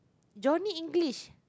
Johnny-English